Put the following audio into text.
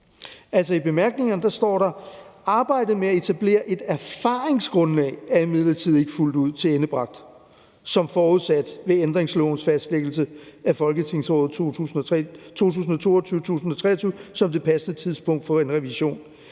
i bemærkningerne. For der står der: »Arbejdet med at etablere et erfaringsgrundlag er imidlertid ikke fuldt ud tilendebragt, som forudsat ved ændringslovens fastlæggelse af folketingsåret 2022-23 som det passende tidspunkt for en revision.